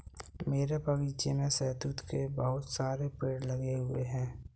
मेरे बगीचे में शहतूत के बहुत सारे पेड़ लगे हुए हैं